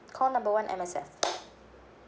call number one M_S_F